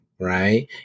right